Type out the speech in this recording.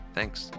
Thanks